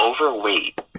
overweight